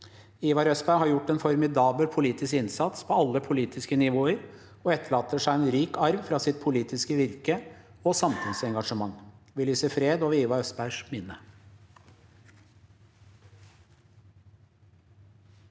Ivar Østberg har gjort en formidabel politisk innsats på alle politiske nivåer og etterlater seg en rik arv fra sitt politiske virke og samfunnsengasjement. Vi lyser fred over Ivar Østbergs minne.